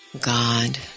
God